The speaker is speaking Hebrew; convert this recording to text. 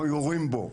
אנחנו יורים בו,